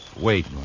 wait